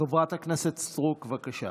חברת הכנסת סטרוק, בבקשה.